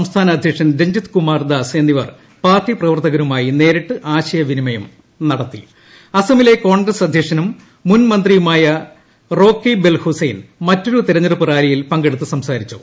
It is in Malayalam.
സംസ്ഥാന അധ്യക്ഷൻ രഞ്ജിത് കുമാർ ദാസ് എന്നിവർ പാർട്ടി പ്രവർത്തകരു മായി നേരിട്ട് ആശയവിനിമയം നട്ടത്തിപ്പ അസമിലെ കോൺഗ്രസ് അധൃക്ഷിനും മുൻമന്ത്രിയുമായ റോക്കിബൽ ഹുസൈൻ മറ്റൊരു തെരഞ്ഞെടുപ്പു റാലിയിൽ പങ്കെടുത്തു സംസാരിച്ചു